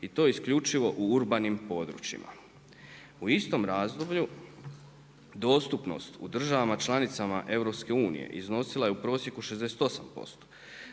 i to isključivo u urbanim područjima. U istom razdoblju dostupnost u državama članicama EU iznosila je u prosjeku 68%.